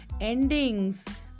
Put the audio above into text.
endings